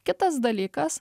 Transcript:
kitas dalykas